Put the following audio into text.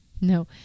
no